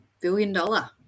Billion-dollar